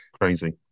Crazy